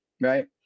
Right